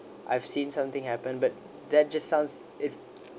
I've seen something happened but that just sounds if